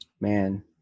man